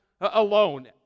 alone